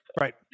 Right